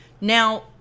Now